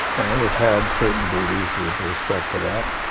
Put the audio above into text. and it had certain duties with respect to that.